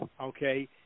okay